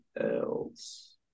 else